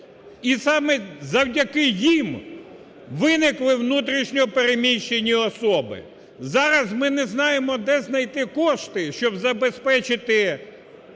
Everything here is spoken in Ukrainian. І саме завдяки їм виникли внутрішньо переміщені особи. Зараз ми не знаємо, де знайти кошти, щоб забезпечити